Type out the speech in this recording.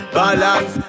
balance